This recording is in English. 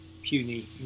puny